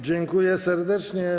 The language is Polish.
Dziękuję serdecznie.